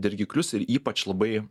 dirgiklius ir ypač labai